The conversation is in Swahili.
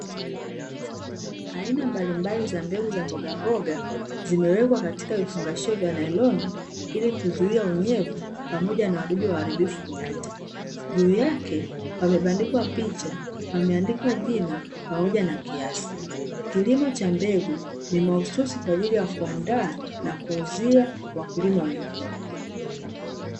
Aina mbalimbali za mbegu za mboga zimewekwa katika vifungashio vya nailoni ili kizuia unyevu pamoja na wadudu waharibifu kupita . Juu yake pameandikwa picha pameandikwa jina pamoja na kiasi , kilimo Cha mbegu ni mahususi kwa ajili ya kuandaa na kuuzia wakulima wengine .